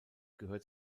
gehört